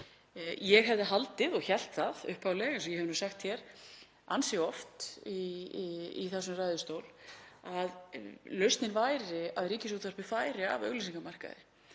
Ég hefði haldið og hélt það upphaflega, eins og ég hef sagt hér ansi oft í þessum ræðustól, að lausnin væri að Ríkisútvarpið færi af auglýsingamarkaði.